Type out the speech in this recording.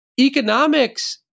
economics